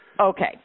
Okay